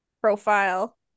profile